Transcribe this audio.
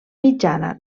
mitjana